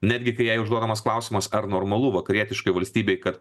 netgi kai jai užduodamas klausimas ar normalu vakarietiškai valstybei kad